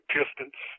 Pistons